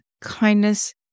kindness